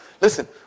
listen